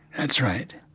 that's right.